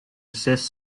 desist